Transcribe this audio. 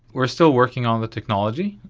we are still working on the technology,